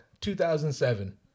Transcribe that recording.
2007